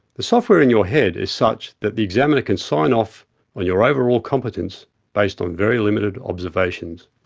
the software in your head is such that the examiner can sign off on your overall competence based on very limited observations.